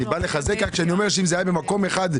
אני בא לחזק אבל אני אומר שאם זה היה במקום אחד,